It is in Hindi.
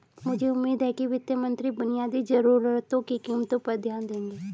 मुझे उम्मीद है कि वित्त मंत्री बुनियादी जरूरतों की कीमतों पर ध्यान देंगे